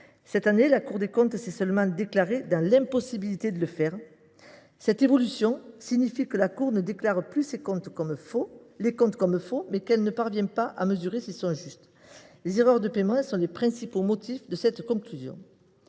Cette année, la Cour des comptes s’est seulement déclarée dans l’impossibilité de les certifier. Cette évolution signifie que la Cour des comptes ne déclare plus que les comptes sont faux, mais qu’elle ne parvient pas à mesurer s’ils sont justes. Les erreurs de paiement sont les principaux motifs de cette conclusion.